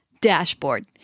dashboard